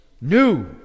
new